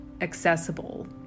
accessible